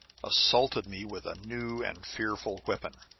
assaulted me with a new and fearful weapon.